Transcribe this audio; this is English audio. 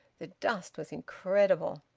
the dust was incredible.